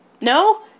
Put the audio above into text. No